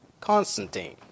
Constantine